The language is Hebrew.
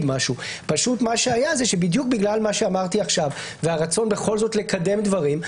משהו אלא מה שהיה זה שבדיוק בגלל מה שאמרתי עכשיו והרצון לקדם דברים,